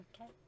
Okay